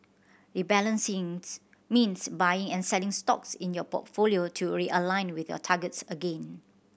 rebalancing means buying and selling stocks in your portfolio to realign with your targets again